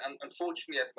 unfortunately